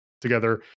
together